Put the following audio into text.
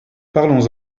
parlons